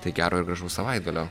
tai gero ir gražaus savaitgalio